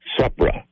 Supra